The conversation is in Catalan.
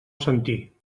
sentir